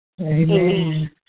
Amen